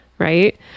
right